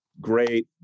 Great